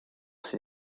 ses